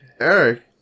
Eric